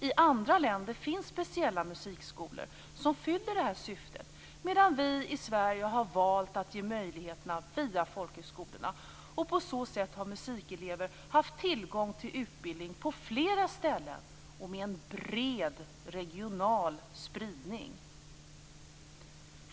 I andra länder finns speciella musikskolor som fyller den här funktionen, medan vi i Sverige har valt att ge möjligheten via folkhögskolorna. På så sätt har musikelever haft tillgång till utbildning på flera ställen och med en bred regional spridning.